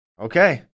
Okay